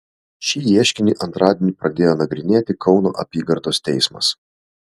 šį ieškinį antradienį pradėjo nagrinėti kauno apygardos teismas